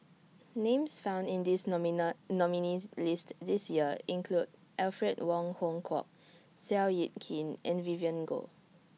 Names found in This nominees' list This Year include Alfred Wong Hong Kwok Seow Yit Kin and Vivien Goh